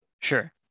Sure